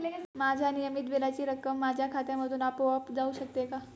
माझ्या नियमित बिलाची रक्कम माझ्या खात्यामधून आपोआप जाऊ शकते का?